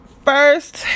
first